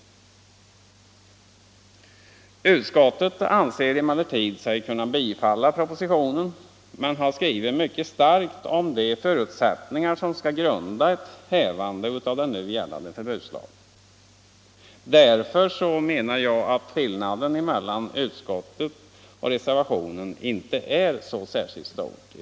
Förbud mot Utskottet anser sig kunna bifalla propositionen men har skrivit mycket — spridning av starkt om de förutsättningar som skall grunda ett hävande av den nu bekämpningsmedel gällande förbudslagen. I verkligheten är alltså skillnaden mellan utskottet — från luften och reservationen inte särskilt stor.